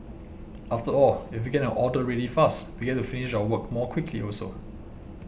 after all if we get an order ready faster we get to finish our work more quickly also